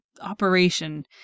operation